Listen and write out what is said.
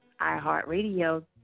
iHeartRadio